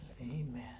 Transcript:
Amen